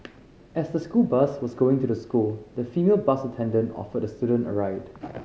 as the school bus was going to the school the female bus attendant offered the student a ride